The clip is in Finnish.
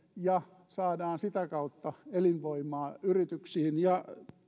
ja saadaan sitä kautta elinvoimaa yrityksiin ja